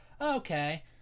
okay